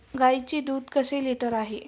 गाईचे दूध कसे लिटर आहे?